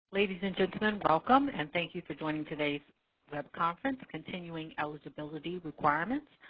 ladies and gentlemen, welcome and thank you for joining todays web conference, continuing eligibility requirements.